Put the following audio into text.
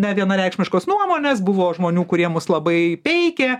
nevienareikšmiškos nuomonės buvo žmonių kurie mus labai peikė